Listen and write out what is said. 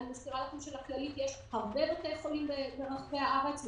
אני מזכירה לכם שלכללית יש הרבה בתי חולים ברחבי הארץ,